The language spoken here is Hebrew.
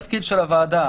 זה התפקיד של הוועדה.